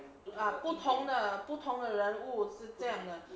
ah 不同的不同的人物这样的